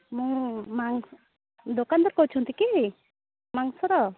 ମୁଁ ମାଂସ ଦୋକାନଦାର କହୁଛନ୍ତି କି ମାଂସର